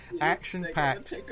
action-packed